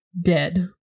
dead